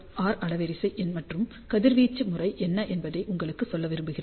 R அலைவரிசை மற்றும் கதிர்வீச்சு முறை என்ன என்பதை உங்களுக்கு சொல்ல விரும்புகிறேன்